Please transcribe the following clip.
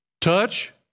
Touch